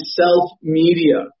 self-media